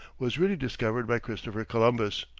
was really discovered by christopher columbus,